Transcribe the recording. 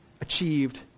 achieved